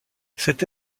cette